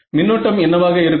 மின்னோட்டம் என்னவாக இருக்கும்